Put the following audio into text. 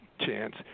chance